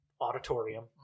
auditorium